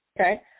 Okay